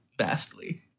vastly